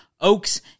oaks